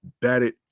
batted